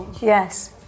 yes